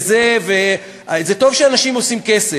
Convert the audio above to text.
זה טוב שאנשים עושים כסף,